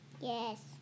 Yes